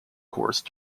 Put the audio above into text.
course